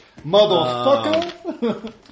motherfucker